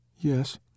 Yes